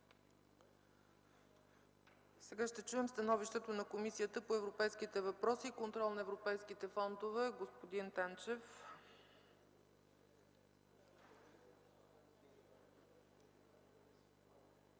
Сега ще чуем становището на Комисията по европейските въпроси и контрол на европейските фондове. Господин Танчев,